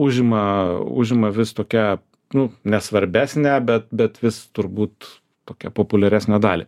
užima užima vis tokią nu nesvarbesnę bet bet vis turbūt tokia populiaresnę dalį